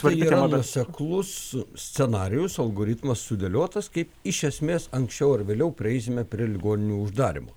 tai yra nuosek lus scenarijus algoritmas sudėliotas kaip iš esmės anksčiau ar vėliau prieisime prie ligoninių uždarymo